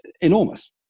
enormous